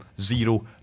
zero